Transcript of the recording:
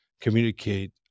communicate